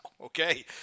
Okay